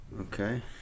Okay